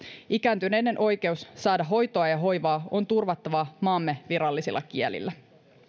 ikääntyneen oikeus saada hoitoa ja hoivaa on turvattava maamme virallisilla kielillä